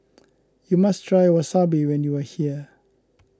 you must try Wasabi when you are here